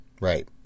right